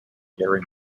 garry